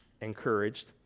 encouraged